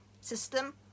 system